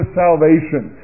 salvation